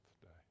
today